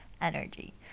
energy